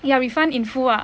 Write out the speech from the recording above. ya refund in full ah